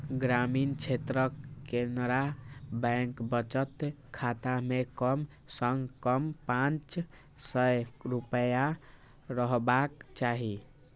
ग्रामीण क्षेत्रक केनरा बैंक बचत खाता मे कम सं कम पांच सय रुपैया रहबाक चाही